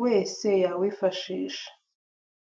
wese yawifashisha.